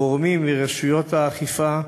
גורמים מרשויות האכיפה,